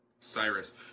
Cyrus